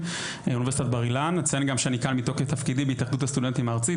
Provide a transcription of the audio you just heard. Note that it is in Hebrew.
אציין גם שאני כאן מתוקף תפקידי בהתאחדות הסטודנטים הארצית,